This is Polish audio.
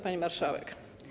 Pani Marszałek!